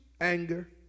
anger